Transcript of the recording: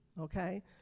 okay